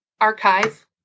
archive